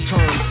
Turn